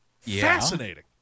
Fascinating